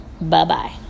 Bye-bye